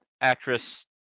actress